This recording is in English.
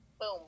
Boom